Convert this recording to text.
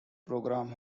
program